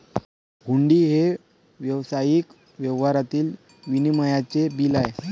हुंडी हे व्यावसायिक व्यवहारातील विनिमयाचे बिल आहे